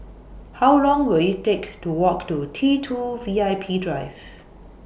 How Long Will IT Take to Walk to T two V I P Drive